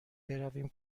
برویم